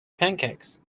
pancakes